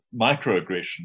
microaggression